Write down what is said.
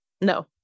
No